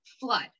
flood